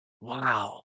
wow